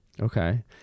Okay